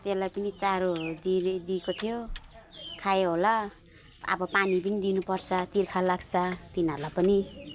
त्यसलाई पनि चारोहरू दिई नै दिएको थियो खायो होला अब पानी पनि दिनु पर्छ तिर्खा लाग्छ तिनीहरूलाई पनि